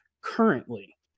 currently